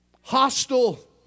hostile